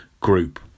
Group